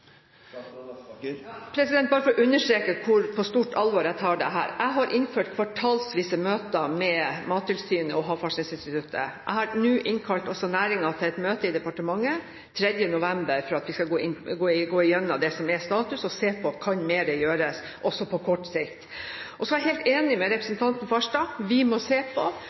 understreke på hvor stort alvor jeg tar dette: Jeg har innført kvartalsvise møter med Mattilsynet og Havforskningsinstituttet. Jeg har nå innkalt også næringen til et møte i departementet 3. november for at vi skal gå igjennom det som er status, og se på hva mer som kan gjøres også på kort sikt. Jeg er helt enig med representanten Farstad i at vi må se på